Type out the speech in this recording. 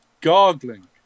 gargling